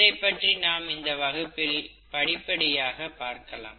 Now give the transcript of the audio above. இதைப்பற்றி நாம் இந்த வகுப்பில் படிப்படியாக பார்க்கலாம்